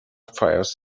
fires